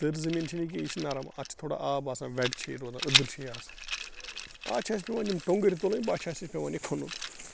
دٔر زمیٖن چھِ نہٕ یہِ کیٚنٛہہ یہِ چھِ نرم اتھ چھِ تھوڑا آب آسان ویٚٹ چھِ روزان أدٕر چھِ یہِ آسان اتھ چھِ اَسہِ توتہِ ٹۅنٛگٕرۍ تُلٕنۍ پتہٕ چھِ اَسہِ یہِ پیٚوان کھنُن